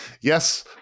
yes